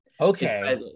okay